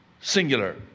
singular